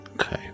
Okay